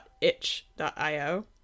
itch.io